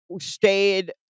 stayed